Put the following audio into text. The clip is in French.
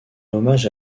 hommage